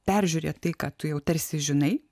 peržiūrėt tai ką tu jau tarsi žinai